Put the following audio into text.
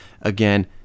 again